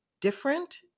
different